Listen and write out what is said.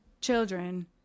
children